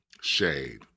shade